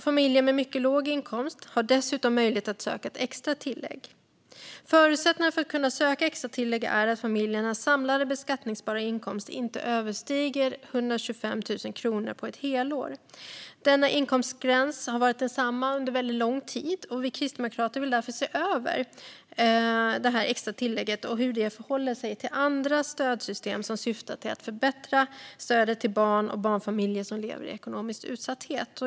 Familjer med mycket låg inkomst har dessutom möjlighet att söka ett extra tillägg. Förutsättningen för att kunna söka extra tillägg är att familjens samlade beskattningsbara inkomst inte överstiger 125 000 kronor på ett helår. Denna inkomstgräns har varit densamma under lång tid. Vi kristdemokrater vill därför se över hur det extra tillägget förhåller sig till andra stödsystem som syftar till att förbättra stödet till barn och barnfamiljer som lever i ekonomisk utsatthet.